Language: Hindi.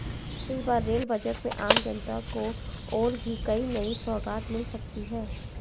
इस बार रेल बजट में आम जनता को और भी कई नई सौगात मिल सकती हैं